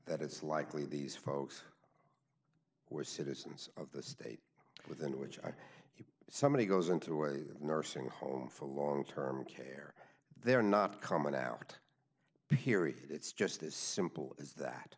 that it's likely these folks who are citizens of the state within which i somebody goes into a nursing home for long term care they're not coming out here if it's just as simple as that